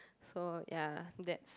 so ya that's